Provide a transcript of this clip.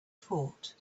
fort